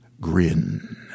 grin